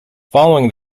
following